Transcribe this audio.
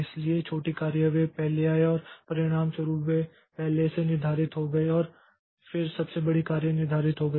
इसलिए छोटी कार्य वे पहले आए और परिणामस्वरूप वे पहले से निर्धारित हो गए और फिर सबसे बड़ी कार्य निर्धारित हो गई